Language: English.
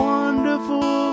Wonderful